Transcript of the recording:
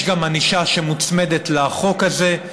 יש גם ענישה שמוצמדת לחוק הזה.